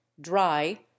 dry